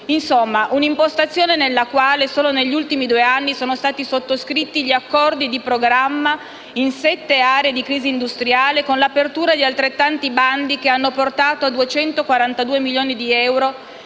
di un'impostazione per cui, solo negli ultimi due anni, sono stati sottoscritti gli accordi di programma in sette aree di crisi industriale, con l'apertura di altrettanti bandi che hanno portato a 242 milioni di euro